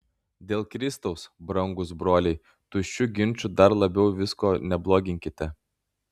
dėl kristaus brangūs broliai tuščiu ginču dar labiau visko nebloginkite